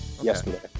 yesterday